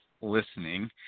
listening